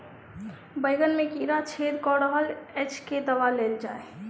बैंगन मे कीड़ा छेद कऽ रहल एछ केँ दवा देल जाएँ?